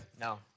No